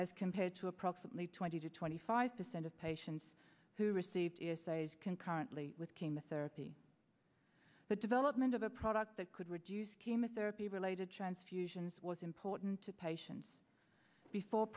as compared to approximately twenty to twenty five percent of patients who received a size concurrently with chemotherapy the development of a product that could reduce chemotherapy related transfusions was important to patients before